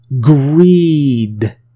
Greed